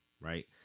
right